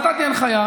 אז נתתי הנחיה,